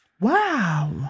wow